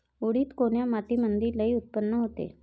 उडीद कोन्या मातीमंदी लई उत्पन्न देते?